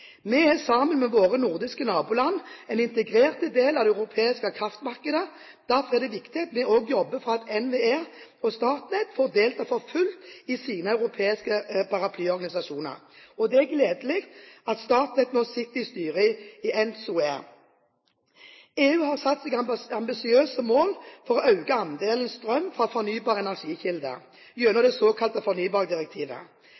Vi er, sammen med våre nordiske naboland, en integrert del av det europeiske kraftmarkedet. Derfor er det viktig at vi også jobber for at NVE og Statnett får delta for fullt i sine europeiske paraplyorganisasjoner, og det er gledelig at Statnett nå sitter i styret i ENTSO-E. EU har satt seg ambisiøse mål for å øke andelen strøm fra fornybare energikilder gjennom